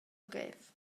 brev